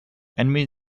enemy